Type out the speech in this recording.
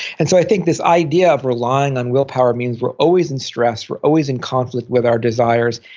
and so i think this idea of relying on willpower means we're always in stress. we're always in conflict with our desires.